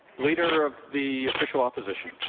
leader of the official opposition.